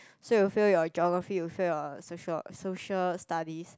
so you fail your geography you fail your social social studies